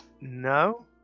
No